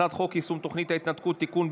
הצעת חוק יישום תוכנית ההתנתקות (תיקון,